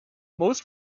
most